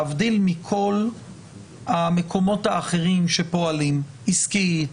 להבדיל מכל המקומות האחרים שפועלים עסקית,